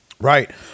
Right